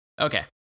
Okay